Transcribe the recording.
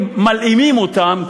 הם מלאימים אותם,